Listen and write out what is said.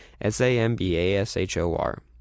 S-A-M-B-A-S-H-O-R